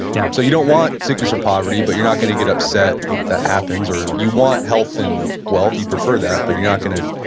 yeah so, you don't want sickness or poverty, but you're not going to get upset if that happens, or you want health and wealth, you prefer that, but you're not going to